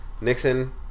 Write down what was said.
Nixon